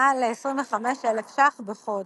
מעל ל־25,000 ש"ח בחודש.